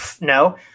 no